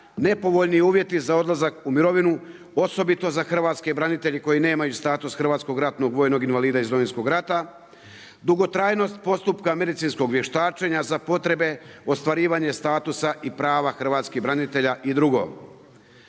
nepovoljni uvjeti za odlazak u mirovinu, osobito za hrvatske branitelje koji nemaju status hrvatskog ratnog vojnog invalida iz Domovinskog rata, dugotrajnost postupka medicinskog vještačenja za potrebe ostvarivanja statusa i prava hrvatskih branitelja i drugo.